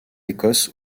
écosse